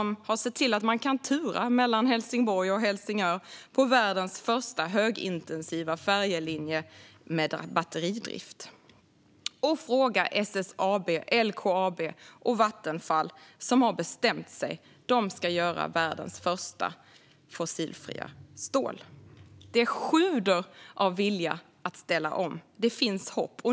De har sett till att man kan tura mellan Helsingborg och Helsingör på världens första högintensiva färjelinje med batteridrift. Fråga SSAB, LKAB och Vattenfall! De har bestämt sig för att göra världens första fossilfria stål. Det sjuder av vilja att ställa om. Det finns hopp.